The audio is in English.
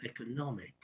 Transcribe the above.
economic